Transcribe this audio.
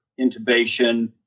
intubation